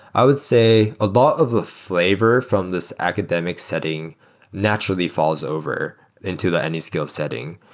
i would say a lot of the flavor from this academic setting naturally falls over into the anyscale setting.